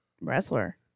wrestler